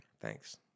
thanks